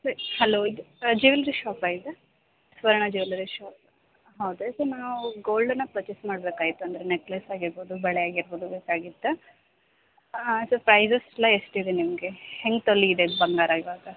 sir hello ಇದು jewellery ಶಾಪಾ ಇದು ಸುವರ್ಣ ಜ್ಯುವೆಲರಿ ಶಾಪ್ ಹೌದಾ ಸರ್ ನಾವು ಗೋಲ್ಡನ್ನು ಪರ್ಚೆಸ್ ಮಾಡ್ಬೇಕಾಗಿತ್ ಅಂದರೆ ನೆಕ್ಲೇಸ್ ಆಗಿರ್ಬೋದು ಬಳೆ ಆಗಿರ್ಬೋದು ಬೇಕಾಗಿತ್ತು ಇದು ಪ್ರೈಸಸ್ ಎಲ್ಲ ಎಷ್ಟಿದೆ ನಿಮಗೆ ಹೆಂಗೆ ತೋಲಿ ಇದೆ ಬಂಗಾರ ಇವಾಗ